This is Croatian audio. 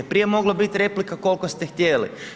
Prije je moglo biti replika koliko ste htjeli.